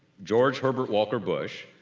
bgeorge herbert walker bush,